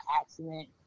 accident